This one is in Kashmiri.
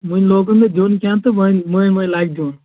وۄنۍ لوگُن نہٕ دیُٚن کینٛہہ تہٕ وۄنۍ وۄنۍ لاگہِ دیُٚن